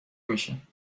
میشه